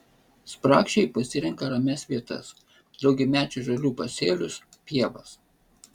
spragšiai pasirenka ramias vietas daugiamečių žolių pasėlius pievas